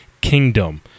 Kingdom